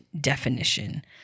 definition